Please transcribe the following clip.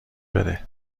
بده